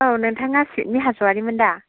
औ नोंथाङा थिमि हाज'वारी मोन दा